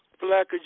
Black